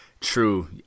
True